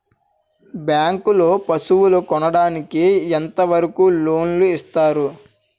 Bank లో పశువుల కొనడానికి ఎంత వరకు లోన్ లు ఇస్తారు?